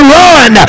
run